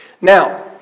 Now